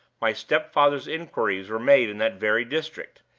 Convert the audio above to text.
my stepfather's inquiries were made in that very district,